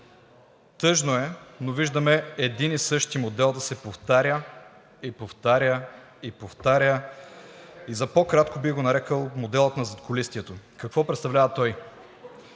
тъжно е, но виждаме един и същи модел да се повтаря, и повтаря, и повтаря, и за по-кратко бих го нарекъл „модела на задкулисието“. Какво представлява той?